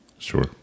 sure